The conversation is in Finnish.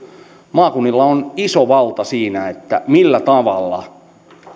maakunnilla on iso valta siinä millä tavalla